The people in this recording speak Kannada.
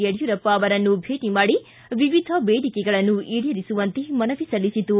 ಯಡಿಯೂರಪ್ಪ ಅವರನ್ನು ಭೇಟ ಮಾಡಿ ವಿವಿಧ ಬೇಡಿಕೆಗಳನ್ನು ಈಡೇರಿಸುವಂತೆ ಮನವಿ ಸಲ್ಲಿಸಿತು